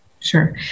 Sure